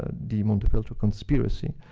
ah the montefeltro conspiracy,